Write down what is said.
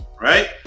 right